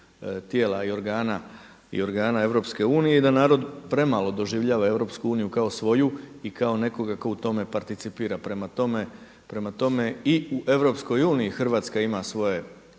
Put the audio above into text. tijela i organa EU i da narod premalo doživljava EU kao svoju i kao nekoga tko u tome participira. Prema tome i u EU Hrvatska ima svoje